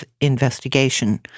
investigation